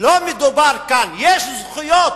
לא מדובר כאן, יש זכויות,